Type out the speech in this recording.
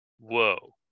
Whoa